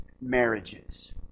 marriages